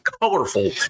colorful